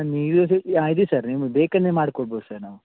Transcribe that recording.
ನೀರು ದೋಸೆ ಹಾಂ ಇದೆ ಸರ್ ನಿಮ್ಗೆ ಬೇಕು ಅಂದರೆ ಮಾಡ್ಕೊಡ್ಬೋದು ಸರ್ ನಾವು